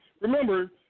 Remember